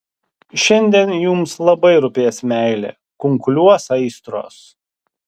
šiandien jums labai rūpės meilė kunkuliuos aistros